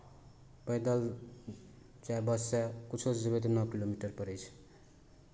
पैदल चाहे बससँ किछोसँ जेबै तऽ नओ किलोमीटर पड़ै छै